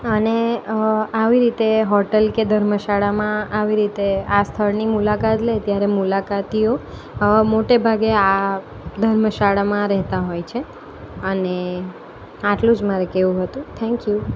અને આવી રીતે હોટલ કે ધર્મશાળામાં આવી રીતે આ સ્થળની મુલાકાત લે ત્યારે મુલાકાતીઓ મોટે ભાગે આ ધર્મશાળામાં રહેતા હોય છે અને આટલું જ મારે કહેવું હતું થેન્ક યુ